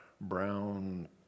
brown